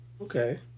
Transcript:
Okay